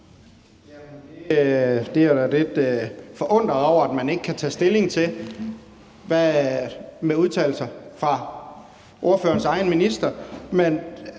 Det er jeg lidt forundret over at man ikke kan tage stilling til med udtalelser fra ordførerens egen minister.